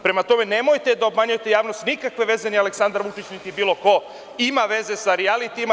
Prema tome, nemojte da obmanjujete javnost, nikakve veze Aleksandar Vučić niti bilo ko ima sa rijalitijima.